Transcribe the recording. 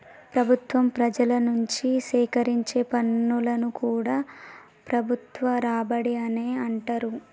ప్రభుత్వం ప్రజల నుంచి సేకరించే పన్నులను కూడా ప్రభుత్వ రాబడి అనే అంటరు